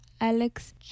Alex